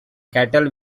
cattle